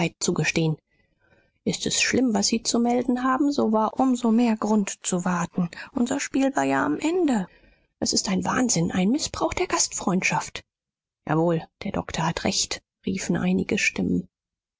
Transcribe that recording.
zugestehen ist es schlimm was sie zu melden haben so war um so mehr grund zu warten unser spiel war ja am ende es ist ein wahnsinn ein mißbrauch der gastfreundschaft jawohl der doktor hat recht riefen einige stimmen